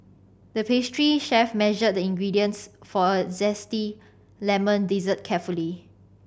the pastry chef measured the ingredients for a zesty lemon dessert carefully